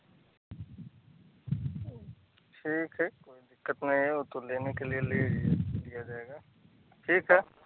ठीक है कोई दिक्कत नहीं है वह तो लेने के लिए ले ही लिया जाएगा ठीक है